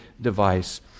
device